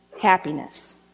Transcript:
happiness